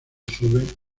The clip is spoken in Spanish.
sube